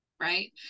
right